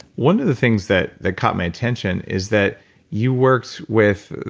one of the things that that caught my attention is that you worked with,